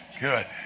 Good